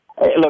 Look